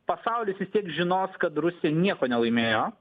pasaulis vis tiek žinos kad rusija nieko nelaimėjo